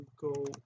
go